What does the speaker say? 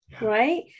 right